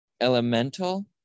elemental